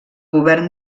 govern